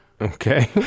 Okay